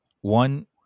one